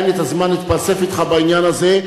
אין לי הזמן להתפלסף אתך בעניין הזה,